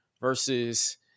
versus